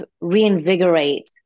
reinvigorate